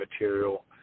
material